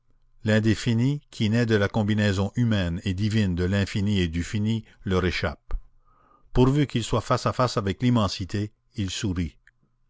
l'indéfini qui naît de la combinaison humaine et divine de l'infini et du fini leur échappe pourvu qu'ils soient face à face avec l'immensité ils sourient